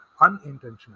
unintentional